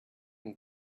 and